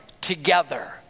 together